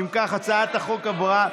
אם כך, הצעת החוק עברה.